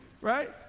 right